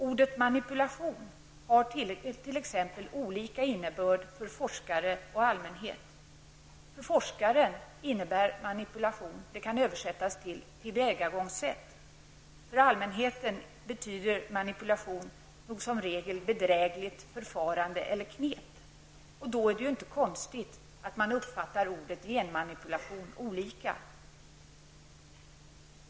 T.ex. ordet manipulation har olika innebörd för forskare och allmänhet. För forskaren betyder det tillvägagångssätt, för allmänheten betyder manipulation som regel bedrägligt förfarande eller knep. Och då är det inte konstigt att man uppfattar ordet genmanipulation på olika sätt.